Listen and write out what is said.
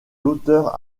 l’auteur